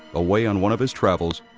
away on one of his travels,